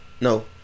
no